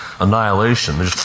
annihilation